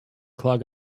clog